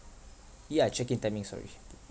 yeah check in timing sorry